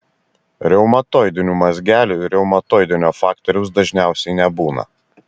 reumatoidinių mazgelių ir reumatoidinio faktoriaus dažniausiai nebūna